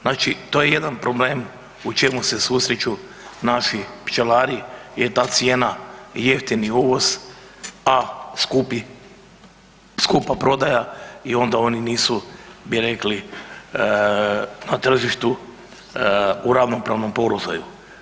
Znači to je jedan problem u čemu se susreću naši pčelari je ta cijena i jeftini uvoz, a skupi, skupa prodaja i onda oni nisu bi rekli na tržištu u ravnopravnom položaju.